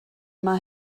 yma